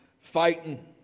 fighting